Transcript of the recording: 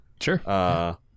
Sure